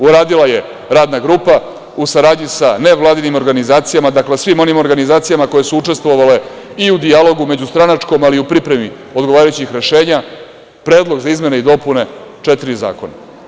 Uradila je radna grupa u saradnji sa nevladinim organizacijama, dakle svim onim organizacijama koje su učestvovale i u dijalogu međustranačkom, ali i u pripremi odgovarajućih rešenja predlog za izmene i dopune četiri zakona.